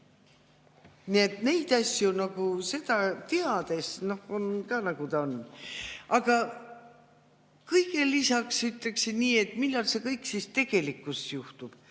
Nii et neid asju teades, on ka nagu on. Aga kõigele lisaks ütleksin nii, et millal see kõik tegelikult juhtub.